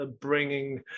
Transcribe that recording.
bringing